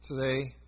today